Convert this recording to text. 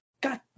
God